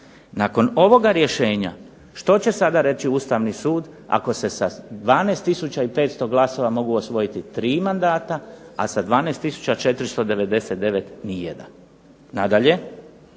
Nakon ovoga rješenja što će sada reći Ustavni sud ako se sa 12 tisuća i 500 glasova mogu osvojiti tri mandata, a sa 12 tisuća i 499 ni jedan. Nadalje,